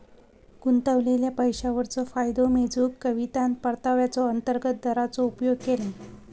गुंतवलेल्या पैशावरचो फायदो मेजूक कवितान परताव्याचा अंतर्गत दराचो उपयोग केल्यान